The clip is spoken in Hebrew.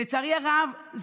לצערי הרב,